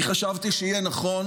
אני חשבתי שיהיה נכון